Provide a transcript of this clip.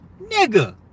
nigga